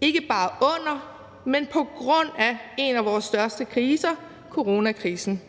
ikke bare under, men på grund af en af vores største kriser, coronakrisen.